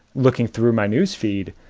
looking through my newsfeed,